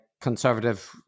conservative